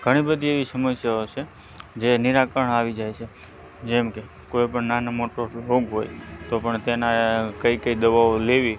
ઘણીબધી એવી સમસ્યાઓ છે જે નિરાકરણ આવી જાય છે જેમ કે કોઈ પણ નાનું મોટું રોગ હોય તો પણ તેના કઈ કઈ દવાઓ લેવી